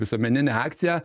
visuomeninę akciją